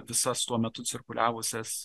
visas tuo metu cirkuliavusias